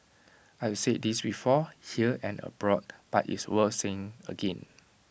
I have said this before here and abroad but it's worth saying again